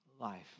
life